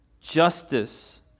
justice